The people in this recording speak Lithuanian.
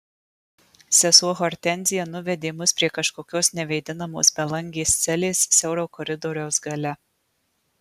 sesuo hortenzija nuvedė mus prie kažkokios nevėdinamos belangės celės siauro koridoriaus gale